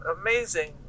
amazing